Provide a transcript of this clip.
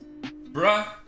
bruh